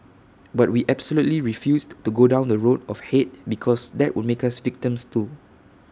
but we absolutely refused to go down the road of hate because that would make us victims too